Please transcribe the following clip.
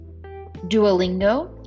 Duolingo